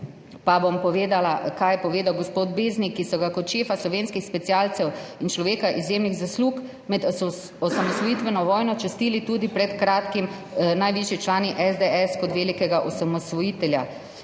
pa bom povedala, kaj je povedal gospod Beznik, ki so ga kot šefa slovenskih specialcev in človeka izjemnih zaslug med osamosvojitveno vojno častili tudi pred kratkim najvišji člani SDS kot velikega osamosvojitelja.